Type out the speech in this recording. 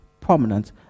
prominent